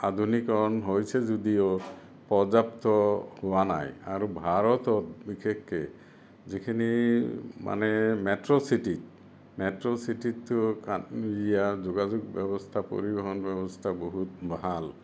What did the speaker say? আধুনীকৰণ হৈছে যদিও পৰ্যাপ্ত হোৱা নাই আৰু ভাৰতত বিশেষকে যিখিনি মানে মেট্ৰ' চিটি মেট্ৰ' চিটিটো ইয়াৰ যোগাযোগ ব্যৱস্থা পৰিৱহন ব্যৱস্থা বহুত ভাল